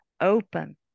open